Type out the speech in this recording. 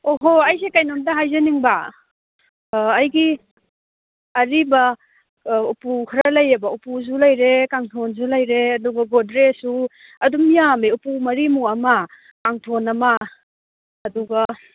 ꯑꯣ ꯍꯣꯏ ꯑꯩꯁꯦ ꯀꯔꯤꯅꯣꯝꯇ ꯍꯥꯏꯖꯅꯤꯡꯕ ꯑꯩꯒꯤ ꯑꯔꯤꯕ ꯎꯄꯨ ꯈꯔ ꯂꯩꯑꯦꯕ ꯎꯄꯨꯁꯨ ꯂꯩꯔꯦ ꯀꯥꯡꯊꯣꯟꯁꯨ ꯂꯩꯔꯦ ꯑꯗꯨꯒ ꯒꯣꯔꯗꯦꯖꯁꯨꯨ ꯑꯗꯨꯝ ꯌꯥꯝꯃꯦ ꯎꯄꯨ ꯃꯔꯤꯃꯨꯛ ꯑꯃ ꯀꯥꯡꯊꯣꯟ ꯑꯃ ꯑꯗꯨꯒ